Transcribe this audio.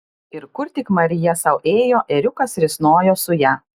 ir kur tik marija sau ėjo ėriukas risnojo su ja